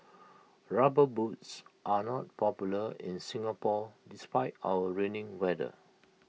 rubber boots are not popular in Singapore despite our rainy weather